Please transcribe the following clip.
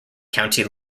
county